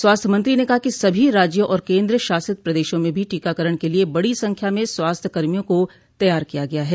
स्वास्थ्य मंत्री ने कहा कि सभी राज्यों और केंद्र शासित प्रदेशों में भी टीकाकरण के लिए बड़ी संख्या में स्वास्थ्य कर्मियों को तैयार किया गया है